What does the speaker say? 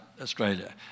Australia